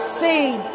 seen